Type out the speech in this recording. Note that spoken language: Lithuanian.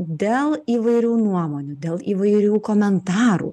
dėl įvairių nuomonių dėl įvairių komentarų